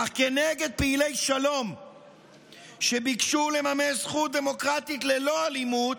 אך כנגד פעילי שלום שביקשו לממש זכות דמוקרטית ללא אלימות,